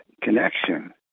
connection